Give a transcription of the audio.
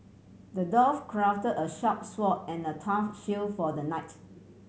the dwarf crafted a sharp sword and a tough shield for the knight